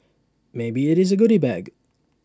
maybe IT is the goody bag